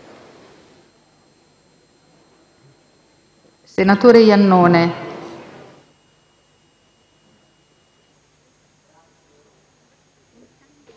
senatori Iannone